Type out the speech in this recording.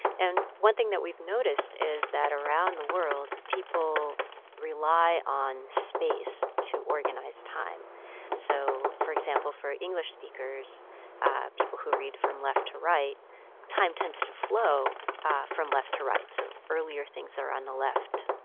and one thing that we've noticed is that around the world, people rely on space to organize time so for example, for english speakers people who read from left to right time tends to flow from left to right. so earlier things are on the left.